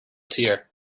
tear